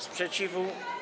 Sprzeciwu.